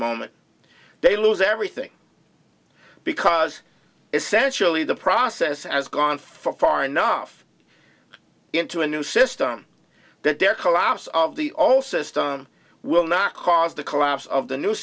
moment they lose everything because essentially the process has gone far enough into a new system that there collapse of the all system will not cause the collapse of the new